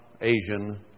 Asian